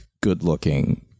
good-looking